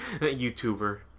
YouTuber